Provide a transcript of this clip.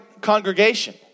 congregation